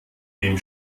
dem